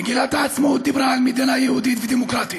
מגילת העצמאות דיברה על מדינה יהודית ודמוקרטית,